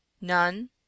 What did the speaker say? None